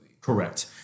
correct